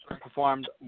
performed